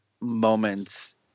moments